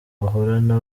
bahorana